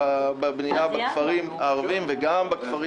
בבנייה בכפרים הערבים וגם בכפרים